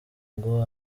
ngo